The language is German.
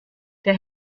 der